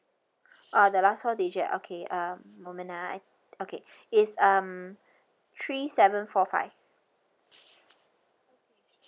oh the last four digit okay uh a moment ah okay it's um three seven four five